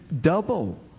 double